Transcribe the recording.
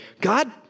God